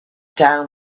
down